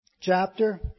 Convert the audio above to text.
chapter